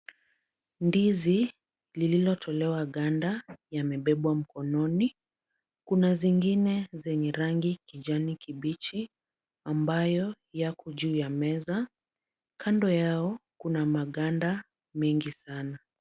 Ndizi lililotolewa ganda yamebebwa mkononi. Kuna zingine zenye rangi kijani kibichi ambayo yako juu ya meza. Kando yao kuna maganda mengi sana.